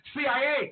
CIA